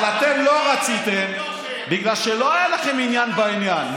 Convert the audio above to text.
אבל אתם לא רציתם, בגלל שלא היה לכם עניין בעניין.